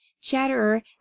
Chatterer